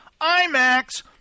IMAX